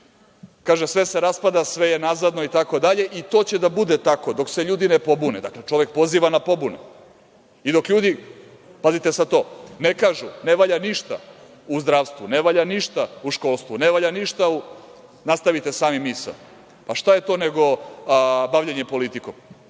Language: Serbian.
kaže – sve se raspada, sve je nazadno itd. i to će da bude tako, dok se ljudi ne pobune. Dakle, čovek poziva na pobune. Pazite sad – i dok ljudi ne kažu ne valja ništa u zdravstvu, ne valja ništa u školstvu, ne valja ništa… nastavite sami misao. Pa šta je to nego bavljenje politikom?